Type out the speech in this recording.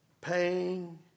paying